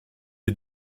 est